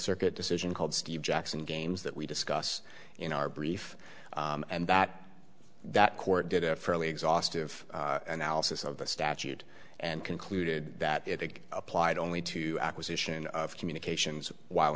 circuit decision called steve jackson games that we discuss in our brief and that that court did a fairly exhaustive analysis of the statute and concluded that it applied only to acquisition of communications while